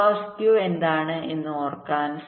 clock skew എന്താണ് എന്ന് ഓർക്കാൻ